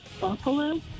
Buffalo